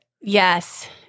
Yes